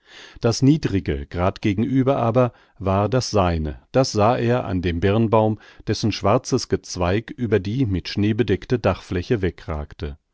das niedrige grad gegenüber aber das war seine das sah er an dem birnbaum dessen schwarzes gezweig über die mit schnee bedeckte dachfläche wegragte